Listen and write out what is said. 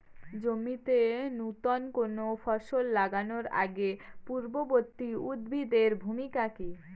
জমিতে নুতন কোনো ফসল লাগানোর আগে পূর্ববর্তী উদ্ভিদ এর ভূমিকা কি?